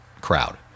crowd